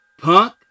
Punk